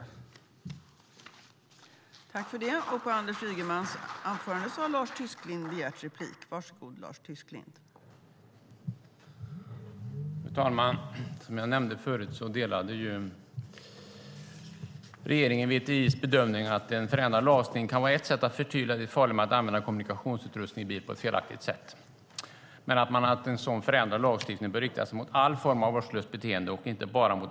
I detta anförande instämde Lars Johansson, Lars Mejern Larsson, Leif Pettersson, Suzanne Svensson och Hans Unander .